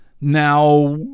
Now